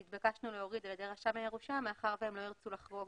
נתבקשנו על ידי רשם הירושה להוריד מאחר והם לא ירצו לחרוג